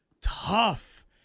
tough